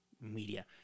media